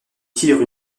tire